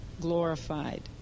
glorified